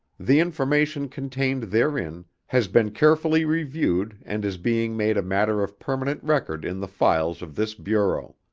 the information contained therein has been carefully reviewed and is being made a matter of permanent record in the files of this bureau.